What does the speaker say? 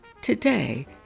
Today